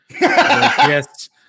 yes